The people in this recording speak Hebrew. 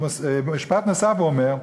במשפט נוסף הוא אומר: